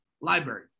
library